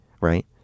right